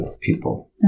people